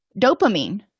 dopamine